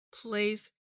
place